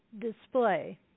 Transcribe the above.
display